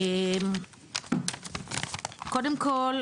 קודם כל,